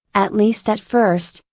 at least at first,